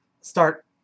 start